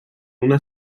una